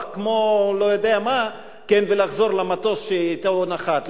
כמו לא יודע מה ולחזור למטוס שאתו הוא נחת?